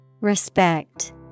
Respect